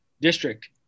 district